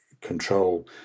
control